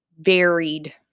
varied